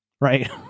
right